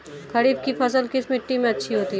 खरीफ की फसल किस मिट्टी में अच्छी होती है?